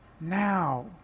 now